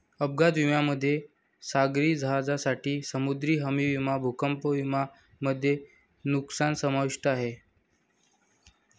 अपघात विम्यामध्ये सागरी जहाजांसाठी समुद्री हमी विमा भूकंप विमा मध्ये नुकसान समाविष्ट आहे